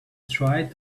tried